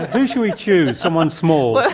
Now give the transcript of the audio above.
ah who should we choose? someone small?